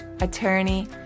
attorney